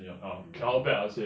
mm